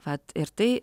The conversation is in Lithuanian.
vat ir tai